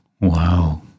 wow